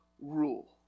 rule